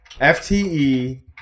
FTE